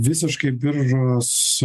visiškai biržos